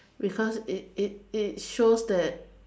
because it it it shows that